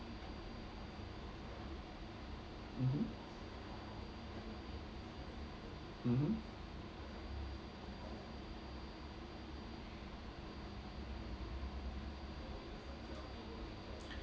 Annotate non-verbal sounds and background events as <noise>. mmhmm mmhmm <breath>